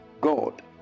God